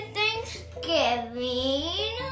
Thanksgiving